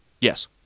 Yes